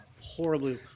horribly